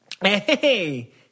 Hey